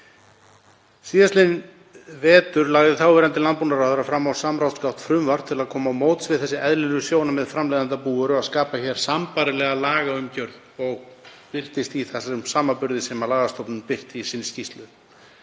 Síðastliðinn vetur lagði þáverandi landbúnaðarráðherra fram á samráðsgátt frumvarp til að koma á móts við þau eðlilegu sjónarmið framleiðenda búvöru að skapa hér sambærilega lagaumgjörð og birtist í þessum samanburði sem lagastofnun birti í sinni skýrslu,